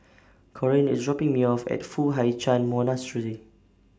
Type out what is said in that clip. Corine IS dropping Me off At Foo Hai Ch'An Monastery